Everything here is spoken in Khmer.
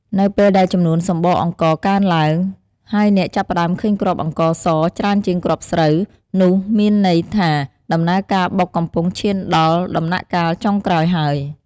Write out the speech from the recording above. នៅពេលដែលចំនួនសម្បកអង្ករកើនឡើង ហើយអ្នកចាប់ផ្តើមឃើញគ្រាប់អង្ករសច្រើនជាងគ្រាប់ស្រូវ នោះមានន័យថាដំណើរការបុកកំពុងឈានដល់ដំណាក់កាលចុងក្រោយហើយ។